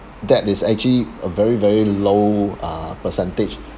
that is actually a very very low uh percentage